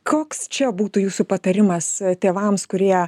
koks čia būtų jūsų patarimas tėvams kurie